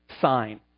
sign